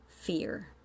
fear